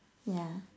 yeah